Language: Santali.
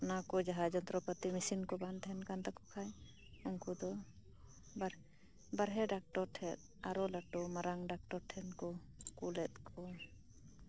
ᱚᱱᱟ ᱠᱚ ᱡᱟᱦᱟ ᱡᱚᱱᱛᱨᱚᱯᱟᱹᱛᱤ ᱢᱮᱥᱤᱱ ᱠᱚ ᱵᱟᱝ ᱛᱟᱸᱦᱮ ᱠᱟᱱ ᱛᱟᱠᱚ ᱠᱷᱟᱡ ᱩᱱᱠᱩ ᱫᱚ ᱵᱟᱦ ᱵᱟᱨᱦᱮ ᱰᱟᱠᱴᱚᱨ ᱴᱷᱮᱡ ᱟᱨᱚ ᱢᱟᱨᱟᱝ ᱰᱟᱠᱴᱚᱨ ᱴᱷᱮᱡ ᱠᱩ ᱠᱩᱞᱮᱫ ᱠᱚᱣᱟ